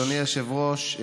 אדוני היושב-ראש,